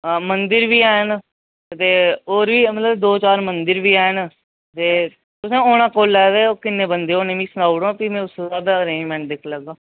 आ मंदिर बी हैन ते होर बी मतलब दो चार मंदिर बी हैन ते तुसें औना कोल्ले ते किन्ने बंदे होने मिगी सनाऊ उड़़ो ना फ्ही में उस्से स्हाबै दा अरेंजमैंट दिक्खी लैगा